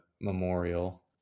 memorial